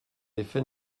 effet